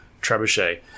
trebuchet